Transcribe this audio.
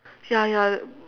ya ya